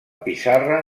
pissarra